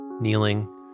kneeling